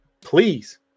please